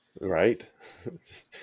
Right